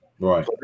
right